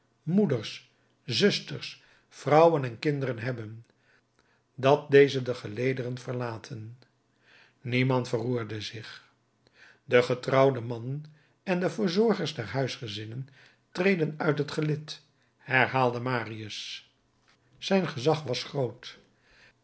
moeders zusters vrouwen en kinderen hebben dat deze de gelederen verlaten niemand verroerde zich de getrouwde mannen en de verzorgers der huisgezinnen treden uit het gelid herhaalde marius zijn gezag was groot